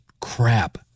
crap